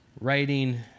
writing